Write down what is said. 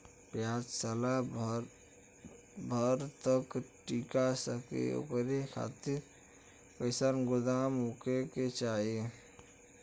प्याज साल भर तक टीका सके ओकरे खातीर कइसन गोदाम होके के चाही?